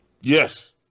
Yes